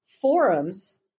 forums